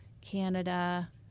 Canada